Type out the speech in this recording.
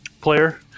player